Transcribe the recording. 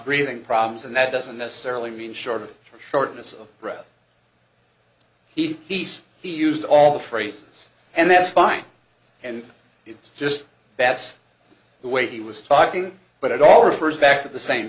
breathing problems and that doesn't necessarily mean short of shortness of breath he he says he used all phrases and that's fine and it's just that's the way he was talking but it all refers back to the same